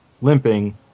limping